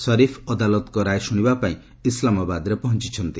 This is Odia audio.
ସରିଫ ଅଦାଲତଙ୍କ ରାୟ ଶୁଣିବା ପାଇଁ ଇସ୍ଲାମାବାଦରେ ପହଞ୍ଚ୍ଚନ୍ତି